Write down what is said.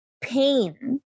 pain